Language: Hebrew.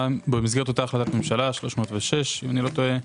במסגרת אותה החלטת ממשלה 306, אם אני לא טועה,